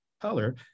color